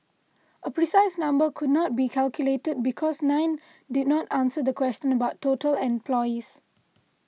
a precise number could not be calculated because nine did not answer the question about total employees